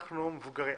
אנחנו מבוגרים.